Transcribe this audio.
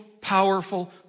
powerful